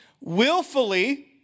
willfully